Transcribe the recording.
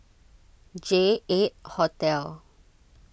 J eight Hotel